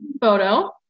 Photo